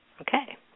Okay